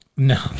No